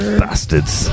bastards